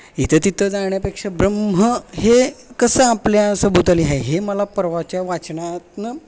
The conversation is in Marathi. इथे तिथं जाण्यापेक्षा ब्रह्म हे कसं आपल्या सभोवताली आहे हे मला परवाच्या वाचनातनं